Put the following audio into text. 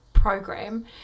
program